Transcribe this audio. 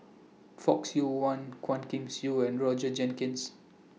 Fock Siew Wah Quah Kim Song and Roger Jenkins